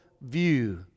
view